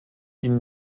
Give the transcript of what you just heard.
ihn